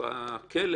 שהכלא